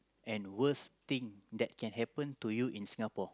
and worst thing that can happen to you in Singapore